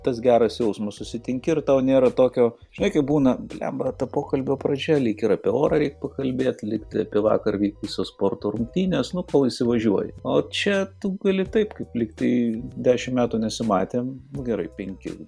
tas geras jausmas susitinki ir tau nėra tokio žinai kaip būna blemba yra ta pokalbio pradžia lyg ir apie orą reik pakalbėt lyg ir apie vakar vykusias sporto rungtynes nu kol įsivažiuoji o čia tu gali taip kaip lyg tai dešimt metų nesimatėm gerai penki